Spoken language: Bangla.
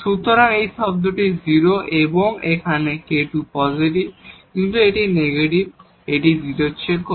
সুতরাং এই টার্মটি 0 এবং এখানে এই k2 পজিটিভ কিন্তু এটি নেগেটিভ এটি 0 এর চেয়ে কম